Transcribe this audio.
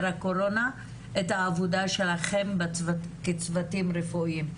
הקורונה את העבודה שלכם כצוותים רפואיים.